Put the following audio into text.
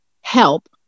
help